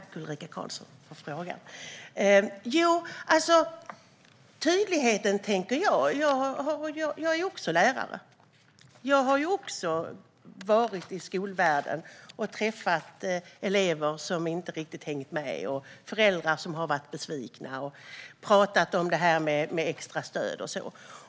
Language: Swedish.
Herr talman! Tack för frågan, Ulrika Carlsson! Jag är också lärare. Jag har också varit i skolvärlden och träffat elever som inte riktigt hängt med och föräldrar som har varit besvikna och pratar om extra stöd och så.